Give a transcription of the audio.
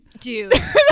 dude